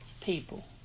people